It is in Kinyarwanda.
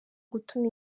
gutuma